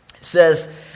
says